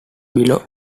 below